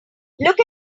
look